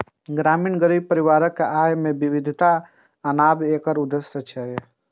ग्रामीण गरीब परिवारक आय मे विविधता आनब एकर उद्देश्य छियै